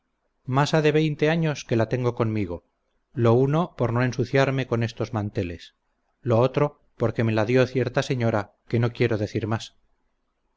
ha de veinte años que la tengo conmigo lo uno por no ensuciarme con estos manteles lo otro porque me la dió cierta señora que no quiero decir más